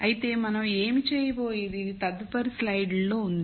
అయితే మనం ఏమి చేయబోయేది తదుపరి స్లైడ్లో ఉంది